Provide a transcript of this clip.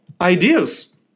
ideas